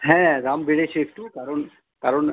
হ্যাঁ দাম বেড়েছে একটু কারণ কারণ